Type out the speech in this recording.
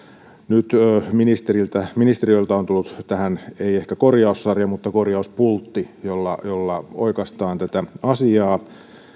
nyt ministeriöltä on tullut tähän ei ehkä korjaussarja mutta korjauspultti jolla jolla oikaistaan tätä asiaa